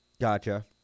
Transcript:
Gotcha